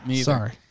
Sorry